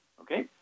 okay